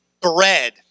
bread